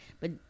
But-